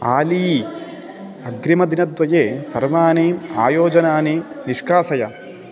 आली अग्रिमदिनद्वये सर्वाणि आयोजनानि निष्कासय